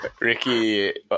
Ricky